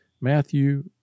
Matthew